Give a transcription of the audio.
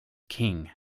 king